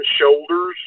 Shoulders